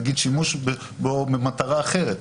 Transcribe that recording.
נגיד שימוש בו במטרה אחרת.